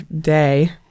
day